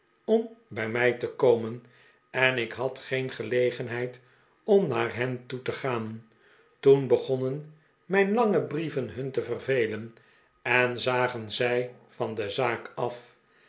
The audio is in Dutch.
om bij mij te komen en ik had geen gelegenheid om naar hen toe te gaan toen begonnen mijn lange brieven hun te vervelen en zagen zij van de zaak af